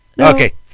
Okay